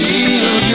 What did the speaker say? Feel